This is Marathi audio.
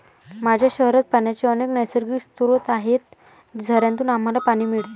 माझ्या शहरात पाण्याचे अनेक नैसर्गिक स्रोत आहेत, झऱ्यांतून आम्हाला पाणी मिळते